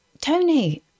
Tony